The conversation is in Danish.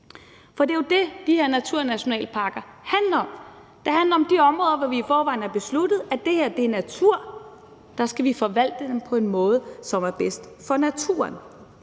For det er jo det, de her naturnationalparker handler om. Det handler om de områder, hvor vi i forvejen har besluttet, at det her er natur. Der skal vi forvalte den på en måde, som er bedst for naturen.